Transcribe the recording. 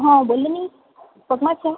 હા બોલોની પગમાં છે